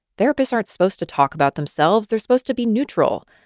therapists aren't supposed to talk about themselves. they're supposed to be neutral.